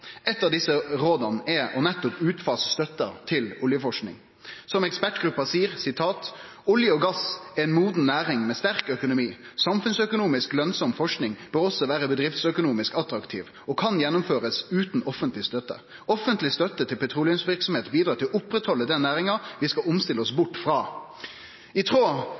av desse råda er nettopp å fase ut støtta til oljeforsking. Som ekspertgruppa seier: «Olje og gass er en moden næring med sterk økonomi. Samfunnsøkonomisk lønnsom forskning bør også være bedriftsøkonomisk attraktiv, og kan gjennomføres uten offentlig støtte. Offentlig støtte til petroleumsvirksomhet bidrar til å opprettholde den næringen vi skal omstille oss bort fra.» I tråd